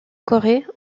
corée